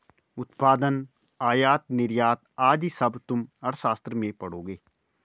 उत्पादन, आयात निर्यात आदि सब तुम अर्थशास्त्र में पढ़ोगे